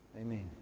Amen